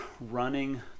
running